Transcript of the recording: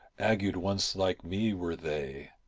agued once like me were they,